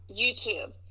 YouTube